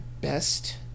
best